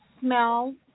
smell